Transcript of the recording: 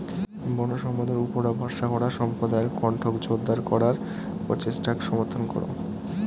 বনসম্পদের উপুরা ভরসা করা সম্প্রদায়ের কণ্ঠক জোরদার করার প্রচেষ্টাক সমর্থন করো